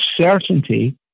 certainty